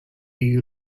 you